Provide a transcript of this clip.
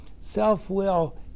Self-will